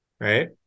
right